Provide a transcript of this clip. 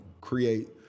create